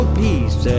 peace